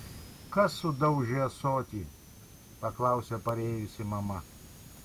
kas sudaužė ąsotį paklausė parėjusi mama